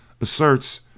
asserts